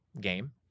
game